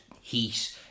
Heat